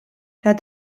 der